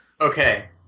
Okay